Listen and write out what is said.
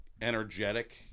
energetic